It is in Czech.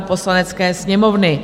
Poslanecké sněmovny